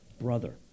brother